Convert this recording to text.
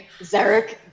Zarek